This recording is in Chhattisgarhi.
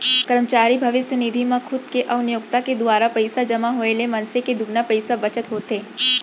करमचारी भविस्य निधि म खुद के अउ नियोक्ता के दुवारा पइसा जमा होए ले मनसे के दुगुना पइसा बचत होथे